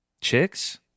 Chicks